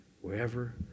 wherever